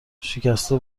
شکسته